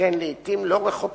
שכן לעתים לא רחוקות,